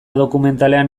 dokumentalean